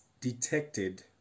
detected